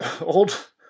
Old